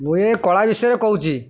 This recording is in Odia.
ମୁଁ ଏଇ କଳା ବିଷୟରେ କହୁଛି